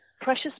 precious